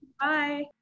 bye